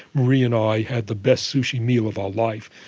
marie and i had the best sushi meal of our life.